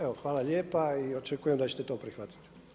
Evo hvala lijepa i očekujem da ćete to prihvatiti.